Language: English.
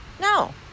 No